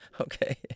Okay